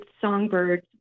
songbirds